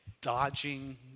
dodging